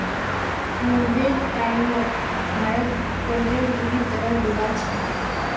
नब्बेर टाइमत भारत कर्जत बुरी तरह डूबाल छिले